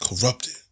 corrupted